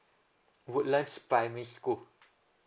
woodlands primary school